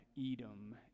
Edom